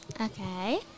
Okay